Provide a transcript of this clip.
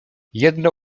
jedno